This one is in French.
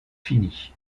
fini